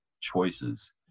choices